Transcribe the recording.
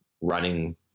running